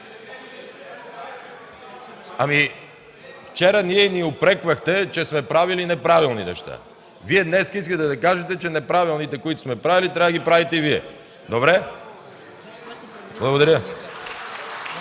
Вчера ни упреквахте, че сме правили неправилни неща. Днес Вие искате да кажете, че неправилните, които сме правили, трябва да ги правите и Вие? Добре, благодаря.